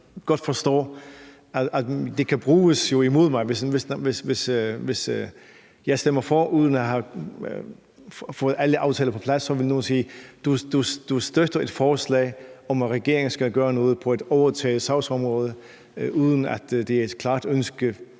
jo kan bruges imod mig. Hvis jeg stemmer for det uden at have fået alle aftaler på plads, så vil nogle sige, at jeg støtter et forslag om, at regeringen skal gøre noget på et overtaget sagsområde, uden at der formelt set